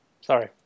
Sorry